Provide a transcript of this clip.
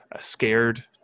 scared